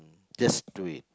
just do it